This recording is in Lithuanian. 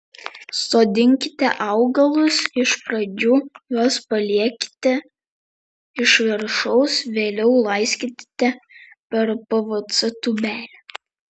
sodinkite augalus iš pradžių juos paliekite iš viršaus vėliau laistykite per pvc tūbelę